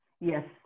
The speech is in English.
Yes